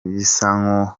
bisaba